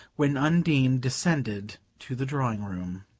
when undine descended to the drawing-room.